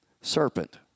serpent